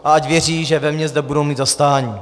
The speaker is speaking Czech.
A ať věří, že ve mně zde budou mít zastání.